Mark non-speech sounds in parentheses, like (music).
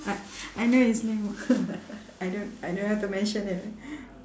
I I know his name (laughs) I don't I don't have to mention it